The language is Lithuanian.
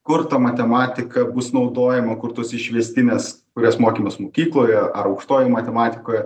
kur ta matematika bus naudojama kur tos išvestinės kurias mokėmės mokykloje ar aukštojoj matematikoje